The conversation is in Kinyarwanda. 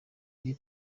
ari